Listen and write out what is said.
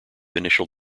initial